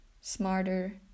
smarter